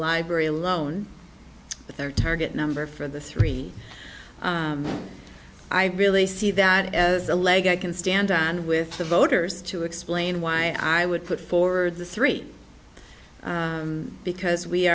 library alone but their target number for the three i really see that as a leg i can stand with the voters to explain why i would put forward the three because we